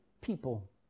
people